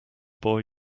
boy